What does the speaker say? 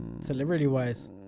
celebrity-wise